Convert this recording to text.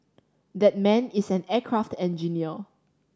that man is an aircraft engineer